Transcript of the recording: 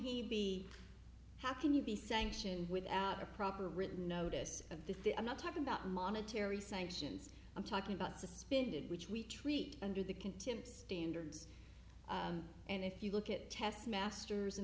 he be how can you be sanctioned without a proper written notice of the i'm not talking about monetary sanctions i'm talking about suspended which we treat under the contempt standards and if you look at tests masters and